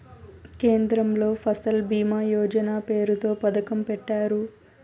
కేంద్రంలో ఫసల్ భీమా యోజన పేరుతో పథకం పెట్టారు